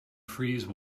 freeze